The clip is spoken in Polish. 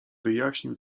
wyjaśnił